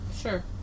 Sure